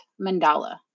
Mandala